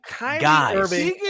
guys